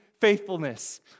faithfulness